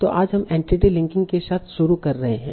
तों आज हम एंटिटी लिंकिंग के साथ शुरुआत कर रहे हैं